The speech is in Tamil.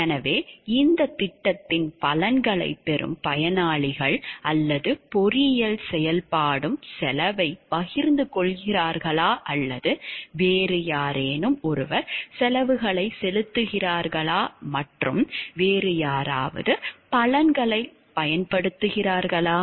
எனவே இந்தத் திட்டத்தின் பலன்களைப் பெறும் பயனாளிகள் அல்லது பொறியியல் செயல்பாடும் செலவைப் பகிர்ந்து கொள்கிறார்களா அல்லது வேறு யாரேனும் ஒருவர் செலவுகளைச் செலுத்துகிறார்களா மற்றும் வேறு யாராவது பலன்களைப் பயன்படுத்துகிறார்களா